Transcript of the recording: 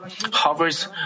hovers